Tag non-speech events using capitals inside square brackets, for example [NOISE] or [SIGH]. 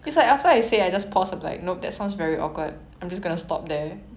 [NOISE] [NOISE] ya